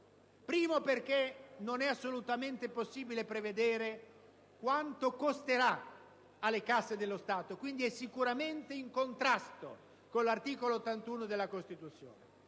luogo, perché non è assolutamente possibile prevedere quanto tale deroga costerà alle casse dello Stato (e, quindi, essa è sicuramente in contrasto con l'articolo 81 della Costituzione);